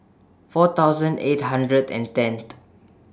four thousand eight hundred and ten th